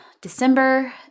December